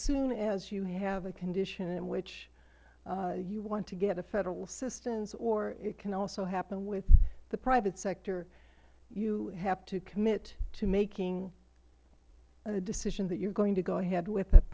soon as you have a condition in which you want to get a federal assistance or it can also happen with the private sector you have to commit to making a decision that you are going to go ahead with